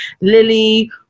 Lily